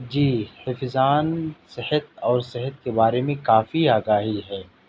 جی حفظان صحت اور صحت کے بارے میں کافی آگاہی ہے